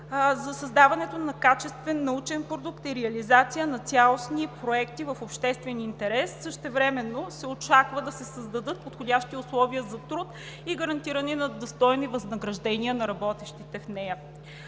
за създаването на качествен научен продукт и реализация на цялостни проекти в обществен интерес. Същевременно се очаква да се създадат подходящи условия за труд и гарантиране на достойни възнаграждения на работещите в нея.